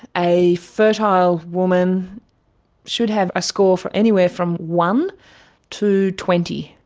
a fertile woman should have a score for anywhere from one to twenty.